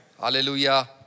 Hallelujah